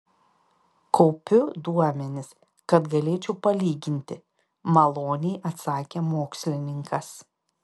kaupiu duomenis kad galėčiau palyginti maloniai atsakė mokslininkas